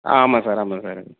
ஆமாம் சார் ஆமாம் சார்